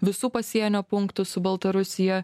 visų pasienio punktų su baltarusija